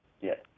yes